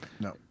no